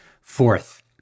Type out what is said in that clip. Fourth